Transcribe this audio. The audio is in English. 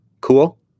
Cool